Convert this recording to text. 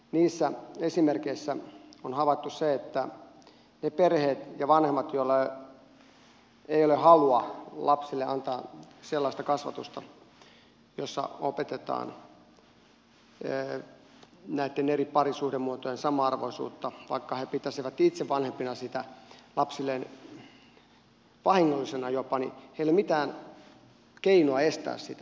niissä esimerkeissä on havaittu se että niillä perheillä ja vanhemmilla joilla ei ole halua lapsille antaa sellaista kasvatusta jossa opetetaan näitten eri parisuhdemuotojen samanarvoisuutta vaikka he pitäisivät itse vanhempina sitä lapsilleen vahingollisena jopa ei ole mitään keinoa estää sitä